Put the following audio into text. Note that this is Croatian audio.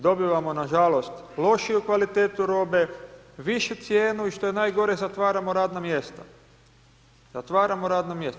Dobivamo nažalost lošiju kvalitetu robe, višu cijenu i što je najgore zatvaramo radna mjesta, zatvaramo radna mjesta.